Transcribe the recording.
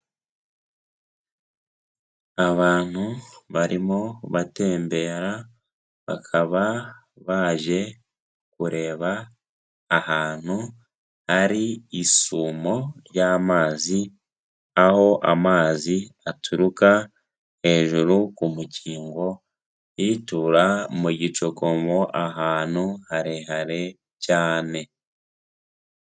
Abantu barimo batembera, bakaba baje kureba ahantu hari isumo ry'amazi, aho amazi aturuka hejuru ku mukingo yitura mu gicokomo ahantu harehare cyane.